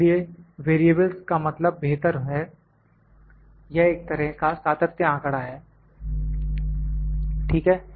इसलिए वेरिएबलस् का मतलब बेहतर है यह एक तरह का सातत्य आंकड़ा है ठीक है